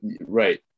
Right